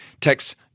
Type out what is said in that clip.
text